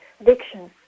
addictions